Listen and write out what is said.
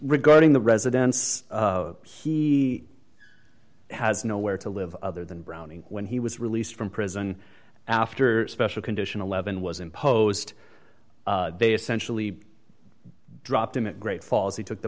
regarding the residence he has no where to live other than browning when he was released from prison after special condition eleven was imposed they essentially dropped him at great falls he took the